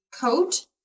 coat